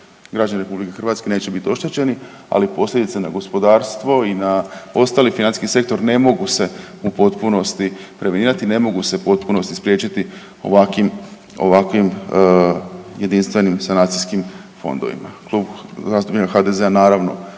građani RH neće biti oštećeni, ali posljedice na gospodarstvo i ostali financijski sektor ne mogu se u potpunosti .../Govornik se ne razumije./... ne mogu se u potpunosti spriječiti ovakvim jedinstvenim sanacijskim fondovima. Klub zastupnika HDZ-a, naravno,